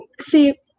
see